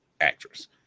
actress